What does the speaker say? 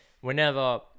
whenever